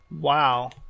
Wow